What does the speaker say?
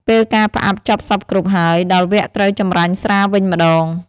ពេលការផ្អាប់ចប់សព្វគ្រប់ហើយ ដល់វគ្គត្រូវចម្រាញ់ស្រាវិញម្ដង។